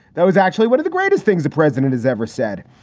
that was actually one of the greatest things the president has ever said.